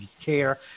care